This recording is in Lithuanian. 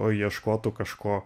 o ieškotų kažko